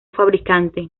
fabricante